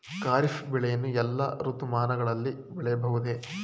ಖಾರಿಫ್ ಬೆಳೆಯನ್ನು ಎಲ್ಲಾ ಋತುಮಾನಗಳಲ್ಲಿ ಬೆಳೆಯಬಹುದೇ?